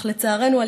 אך לצערנו,